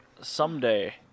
Someday